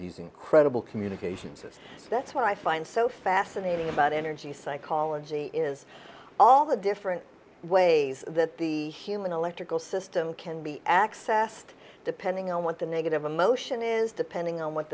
these incredible communications and that's what i find so fascinating about energy psychology is all the different ways that the human electrical system can be accessed depending on what the negative emotion is depending on what